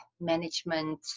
management